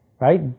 right